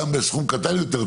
גם בסכום קטן יותר,